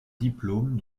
diplôme